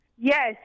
Yes